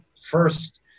first